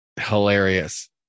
hilarious